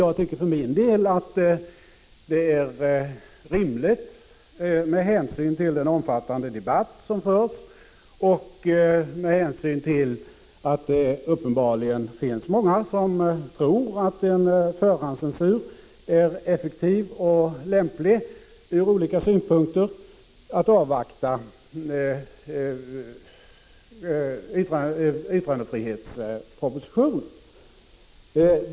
Jag tycker för min del att det, med hänsyn till den omfattande. ZIG GG debatt som förs och med hänsyn till att många uppenbarligen tror att en förhandscensur är effektiv och lämplig från olika synpunkter, är rimligt att avvakta yttrandefrihetspropositionen.